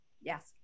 Yes